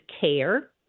care